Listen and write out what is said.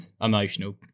emotional